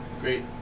great